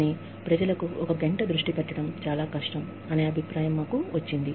కానీ ప్రజలకు ఒక గంట దృష్టి పెట్టడం చాలా కష్టం అనే అభిప్రాయం మాకు వచ్చింది